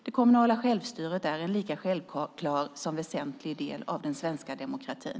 Det kommunala självstyret är en lika självklar som väsentlig del av den svenska demokratin.